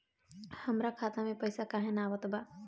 हमरा खाता में पइसा काहे ना आवत बा?